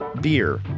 beer